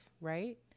right